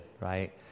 right